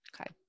Okay